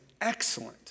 excellent